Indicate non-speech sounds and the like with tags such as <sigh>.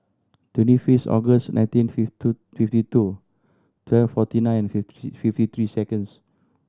twenty fifth August nineteen <unintelligible> fifty two twelve forty nine fifty fifty three seconds